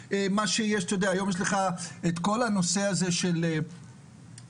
היום יש את כל הנושא של בריאות